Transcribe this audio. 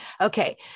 Okay